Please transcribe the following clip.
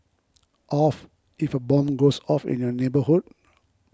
of if a bomb goes off in your neighbourhood